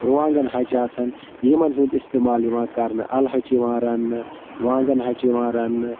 رُوانٛگَن ہَچہِ آسَن یِمَن ہُنٛد اِستعمال یِوان کَرنہٕ اَلہٕ ہَچہِ یِوان رَننہٕ وانٛگَن ہَچہِ یِوان رَننہٕ